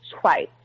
twice